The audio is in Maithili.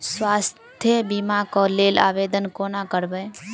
स्वास्थ्य बीमा कऽ लेल आवेदन कोना करबै?